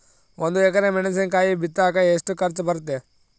ಒಂದು ಎಕರೆ ಮೆಣಸಿನಕಾಯಿ ಬಿತ್ತಾಕ ಎಷ್ಟು ಖರ್ಚು ಬರುತ್ತೆ?